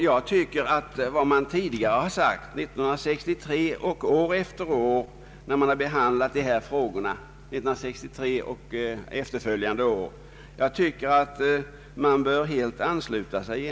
Jag anser att man bör helt ansluta sig till utskottets utlåtande och till vad riksdagen sagt år 1963 och efterföljande år när dessa frågor behandlats.